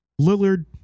Lillard